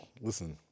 listen